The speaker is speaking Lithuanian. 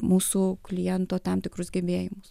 mūsų kliento tam tikrus gebėjimus